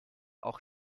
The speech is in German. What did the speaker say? auch